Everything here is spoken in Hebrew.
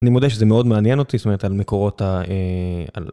אני מודה שזה מאוד מעניין אותי, זאת אומרת על מקורות ה...